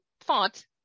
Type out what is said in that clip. font